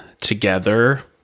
together